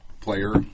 player